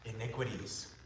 iniquities